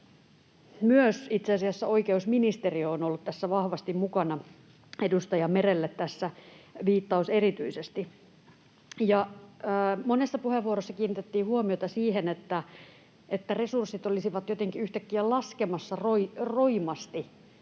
myös oikeusministeriö on ollut tässä vahvasti mukana, tässä viittaus edustaja Merelle erityisesti. Monessa puheenvuorossa kiinnitettiin huomiota siihen, että resurssit olisivat jotenkin yhtäkkiä laskemassa roimasti.